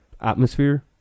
atmosphere